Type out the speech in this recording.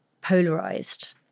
polarized